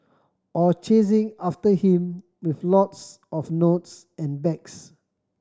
or chasing after him with lots of notes and bags